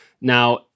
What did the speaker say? Now